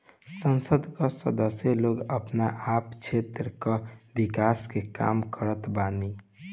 संसद कअ सदस्य लोग आपन आपन क्षेत्र कअ विकास के काम करत बाने